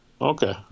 Okay